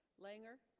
langer